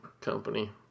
company